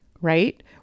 right